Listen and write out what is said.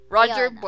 Roger